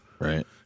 Right